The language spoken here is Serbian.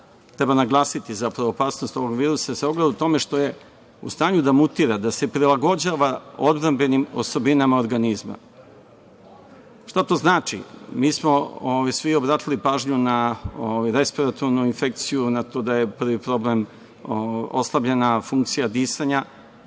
treba naglasiti zapravo opasnost ovog virusa, u tome što je u stanju da mutira, da se prilagođava odbrambenim osobinama organizma. Šta to znači? Mi smo svi obratili pažnju na respiratornu infekciju, na to da je prvi problem oslabljena funkcija disanja,